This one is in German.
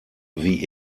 wie